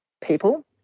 people